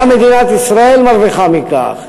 גם מדינת ישראל מרוויחה מכך,